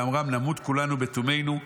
באמרם נמות כולנו בתמנו",